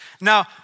Now